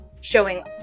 showing